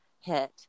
hit